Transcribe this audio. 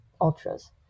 ultras